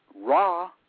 raw